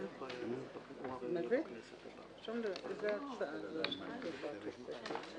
ונתחדשה בשעה 16:50.)